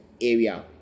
Area